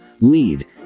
lead